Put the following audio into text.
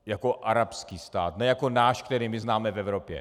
Jako arabský stát, ne jako náš, který my známe v Evropě.